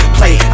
Play